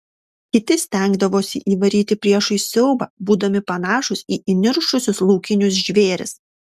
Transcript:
kiti stengdavosi įvaryti priešui siaubą būdami panašūs į įniršusius laukinius žvėris